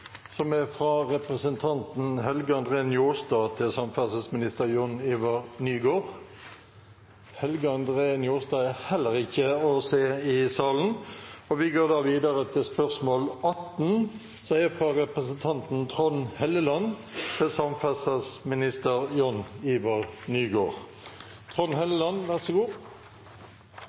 som er fra representanten Helge André Njåstad til samferdselsminister Jon-Ivar Nygård. Helge André Njåstad er heller ikke å se i salen, og vi går da til spørsmål 18.